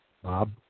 Bob